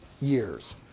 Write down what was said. years